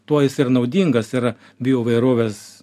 tuo jis ir naudingas yra biovairovės